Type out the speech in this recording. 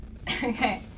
Okay